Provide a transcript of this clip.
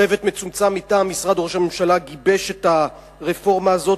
צוות מצומצם מטעם משרד ראש הממשלה גיבש את הרפורמה הזאת,